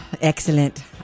Excellent